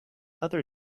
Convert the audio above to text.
other